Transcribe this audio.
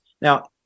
Now